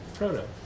Proto